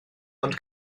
ond